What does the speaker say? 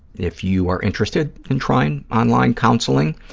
if you are interested in trying online counseling,